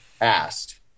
asked